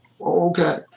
Okay